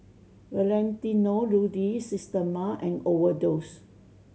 Valentino Rudy Systema and Overdose